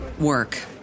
work